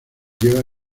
lleva